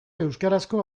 euskarazko